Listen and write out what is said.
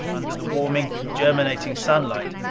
under the warming, germinating sunlight,